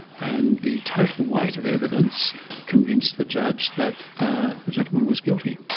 and the total weight of evidence convinced the judge that the gentleman was guilty.